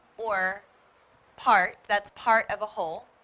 or part, that's part of a whole,